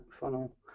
funnel